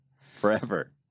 forever